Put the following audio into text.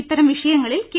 ഇത്തരം വിഷയങ്ങളിൽ കെ